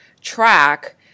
track